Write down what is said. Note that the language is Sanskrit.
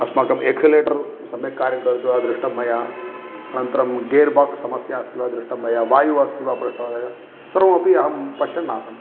अस्माकं एक्स्लेटर् सम्यक् कार्यं करोति वा दृष्टं मया अनन्तरं गेर् बाक्स् समस्या अस्ति वा दृष्टं मया वायुः अस्ति वा पृष्ठं अयं सर्वमपि अहं पश्यन् आसम्